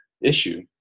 issue